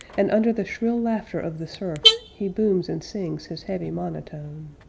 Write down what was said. and under the shrill laughter of the surf, he booms and sings his heavy monotone.